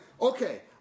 okay